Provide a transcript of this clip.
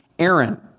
Aaron